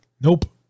Nope